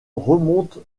remonte